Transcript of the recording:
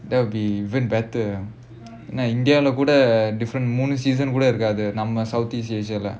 that will be even better என்னடா:ennadaa india கூட:kooda different moon season கூட இருக்காது நம்ம:kooda irukkaathu namma southeast asia lah